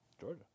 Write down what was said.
Georgia